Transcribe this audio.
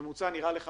נגיף